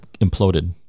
imploded